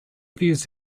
views